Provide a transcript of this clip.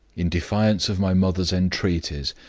in defiance of my mother's entreaties,